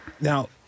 Now